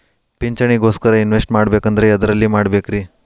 ಪಿಂಚಣಿ ಗೋಸ್ಕರ ಇನ್ವೆಸ್ಟ್ ಮಾಡಬೇಕಂದ್ರ ಎದರಲ್ಲಿ ಮಾಡ್ಬೇಕ್ರಿ?